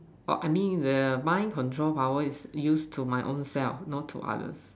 orh I mean the mind control power is use to my own self not to others